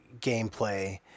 gameplay